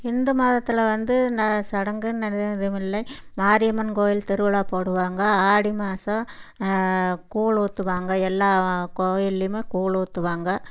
இந்து மதத்தில் வந்து ந சடங்குங்கிறது எதுவும் இல்லை மாரியம்மன் கோயில் திருவிழா போடுவாங்க ஆடி மாதம் கூழ் ஊற்றுவாங்க எல்லா கோயில்லையுமே கூழ் ஊற்றுவாங்க